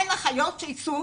אין אחיות שייצאו,